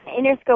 Interscope